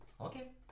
Okay